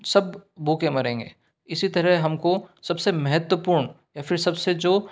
सब भूखे मरेंगे इसी तरह हम को सब से महत्वपूर्ण या फ़िर सबसे जो